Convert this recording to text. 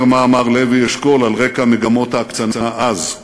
מה אמר לוי אשכול על רקע מגמות ההקצנה אז.